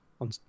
on